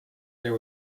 there